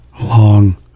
long